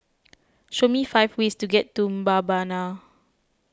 show me five ways to get to Mbabana